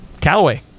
Callaway